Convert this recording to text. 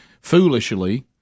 foolishly